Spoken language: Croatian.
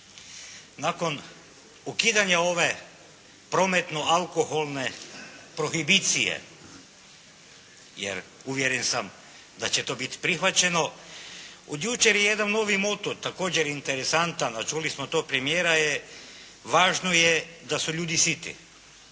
Nakon ukidanja ove prometno alkoholne prohibicije, jer uvjeren sam da će to biti prihvaćeno. Od jučer je jedan novi moto također interesantan a čuli smo to od premijera, važno je da su ljudi siti.